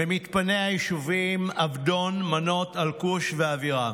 ממתפני היישובים עבדון, מנות, אלקוש ואבירים.